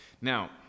Now